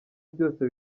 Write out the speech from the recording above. byose